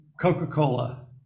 coca-cola